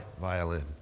violin